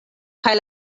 kaj